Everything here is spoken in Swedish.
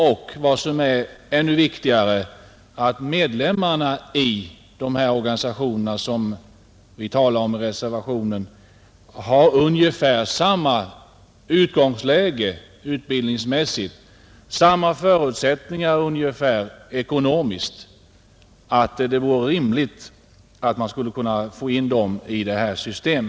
Och vad som är ännu viktigare: medlemmarna av de organisationer som vi talar om i reservationen har ungefär samma utbildningsmässiga utgångsläge och ekonomiska förutsättningar, vilket gör att det vore rimligt att försöka få in dem i detta system.